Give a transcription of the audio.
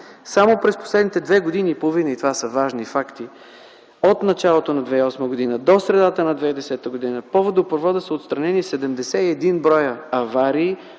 само през последните две години и половина, това са важни факти, от началото на 2008 г. до средата на 2010 г. по водопровода са отстранени 71 бр. аварии,